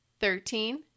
Thirteen